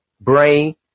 Brain